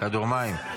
כדור מים.